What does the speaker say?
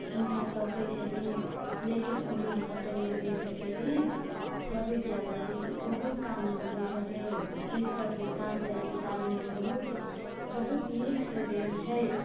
हुनका तकै छथिन लेकिन उगना कतौ नहि भेटै छथिन तऽ विद्यापति बहुत कानऽ लगै छथिन ईसब वृतांत एहि किताब मे बहुत बहुत नीक सॅं देल छै